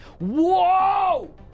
Whoa